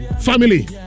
family